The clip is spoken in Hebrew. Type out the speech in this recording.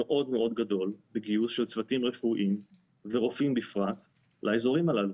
מאוד מאוד גדול בגיוס של צוותים רפואיים ורופאים בפרט לאזורים הללו.